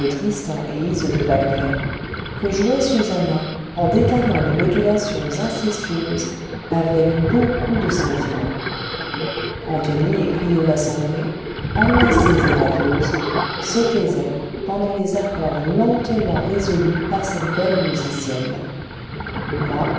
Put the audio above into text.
que jouait susannah en détaillant les modulations incestueuses avec beaucoup de sentiment antonie et clio la cendrée enlacées et radieuses se taisaient pendant les accords lentement résolus par cette bonne musicienne moi